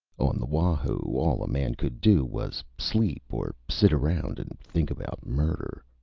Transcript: on the wahoo, all a man could do was sleep or sit around and think about murder.